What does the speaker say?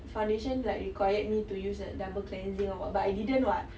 foundation like required me to use like double cleansing or what but I didn't [what]